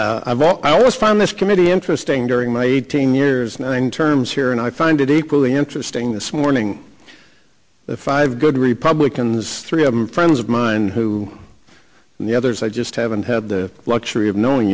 chairman i always find this committee interesting during my eighteen years nine terms here and i find it equally interesting this morning the five good republicans three of them friends of mine who and the others i just haven't had the luxury of knowing